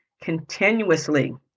continuously